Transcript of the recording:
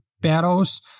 battles